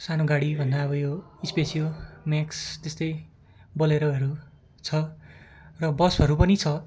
सानो गाडी भन्दा अब यो स्पेसियो म्याक्स त्यस्तै बलेरोहरू छ र बसहरू पनि छ